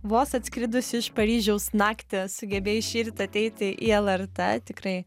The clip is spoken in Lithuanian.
vos atskridus iš paryžiaus naktį sugebėjai šįryt ateiti į lrt tikrai